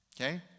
okay